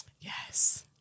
Yes